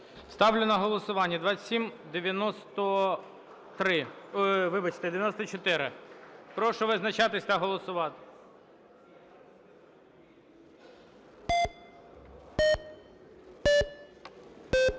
Ставлю на голосування 2820. Прошу визначатись та голосувати.